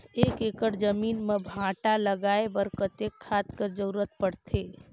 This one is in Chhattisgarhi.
एक एकड़ जमीन म भांटा लगाय बर कतेक खाद कर जरूरत पड़थे?